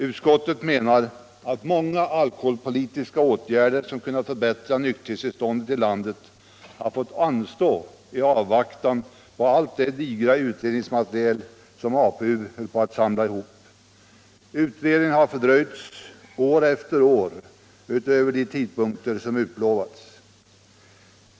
Utskottet menar att många alkoholpolitiska åtgärder som kunnat förbättra nykterhetstillståndet i landet har fått anstå i avvaktan på allt det digra utredningsmaterial som APU höll på att samla ihop. Utredningen har fördröjts år efter år utöver de tidsramar som utlovats.